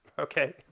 Okay